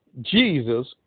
Jesus